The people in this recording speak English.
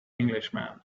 englishman